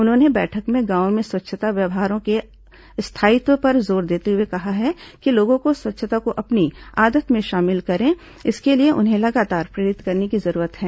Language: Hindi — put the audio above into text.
उन्होंने बैठक में गांवों में स्वच्छता व्यवहारों के स्थायित्व पर जोर देते हुए कहा कि लोग स्वच्छता को अपनी आदत में शामिल करें इसके लिए उन्हें लगातार प्रेरित करने की जरूरत है